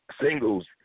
singles